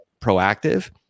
proactive